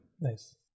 Nice